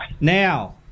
Now